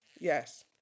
Yes